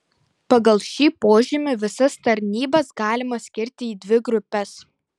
pagal šį požymį visas tarnybas galima skirti į dvi grupes